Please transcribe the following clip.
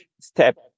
step